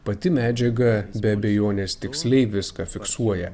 pati medžiaga be abejonės tiksliai viską fiksuoja